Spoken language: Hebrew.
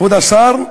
כבוד השר,